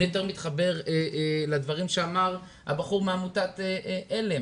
אני יותר מתחבר לדברים שאמר הבחור מעמותת על"ם.